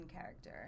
character